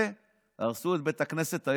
והרסו את בית הכנסת.